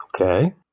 Okay